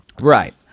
Right